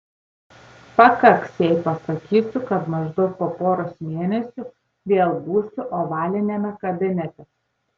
pakaks jei pasakysiu kad maždaug po poros mėnesių vėl būsiu ovaliniame kabinete